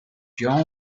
john